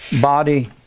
body